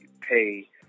pay